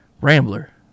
Rambler